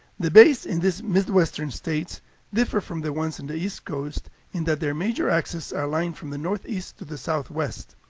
the bays bays in these midwestern states differ from the ones in the east coast in that their major axes are aligned from the northeast to the southwest,